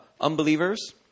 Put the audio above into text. unbelievers